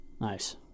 Nice